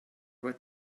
were